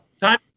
Time